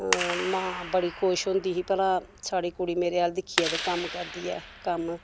अ मां बड़ी खुश होंदी ही भला साढ़ी कुड़ी मेरे अल दिक्खिये ते कम्म करदी ऐ कम्म